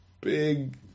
big